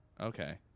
okay